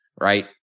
right